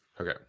okay